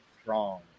strong